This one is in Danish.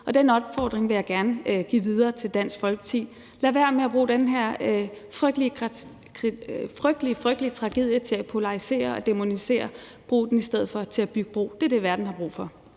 og den opfordring vil jeg gerne give videre til Dansk Folkeparti: Lad være med at bruge den her frygtelige, frygtelige tragedie til at polarisere og dæmonisere; brug den i stedet for til at bygge bro. Det er det, verden har brug for.